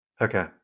Okay